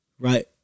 Right